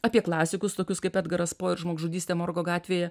apie klasikus tokius kaip edgaras po ir žmogžudystė morgo gatvėje